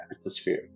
atmosphere